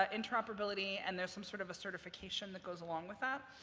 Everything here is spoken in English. ah interoperability, and there's some sort of a certification that goes along with that,